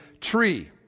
tree